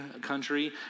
country